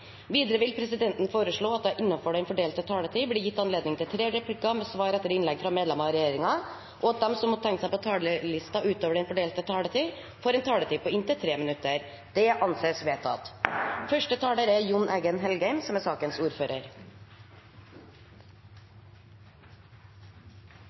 Videre vil presidenten foreslå at det – innenfor den fordelte taletid – blir gitt anledning til inntil tre replikker med svar etter innlegg fra medlemmer av regjeringen, og at de som måtte tegne seg på talerlisten utover den fordelte taletid, får en taletid på inntil 3 minutter. – Det anses vedtatt. Som